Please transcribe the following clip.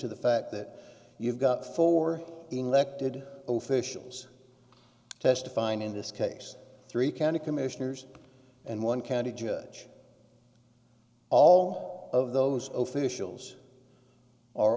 to the fact that you've got four elected officials testifying in this case three county commissioners and one county judge all of those officials are